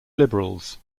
liberals